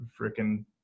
freaking